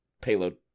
payload